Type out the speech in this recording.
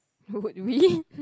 would we